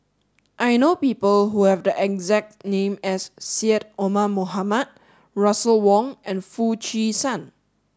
i know people who have the exact name as Syed Omar Mohamed Russel Wong and Foo Chee San